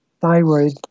thyroid